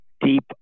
deep